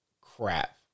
Crap